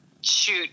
shoot